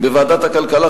בוועדת הכלכלה,